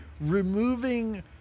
removing